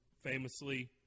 famously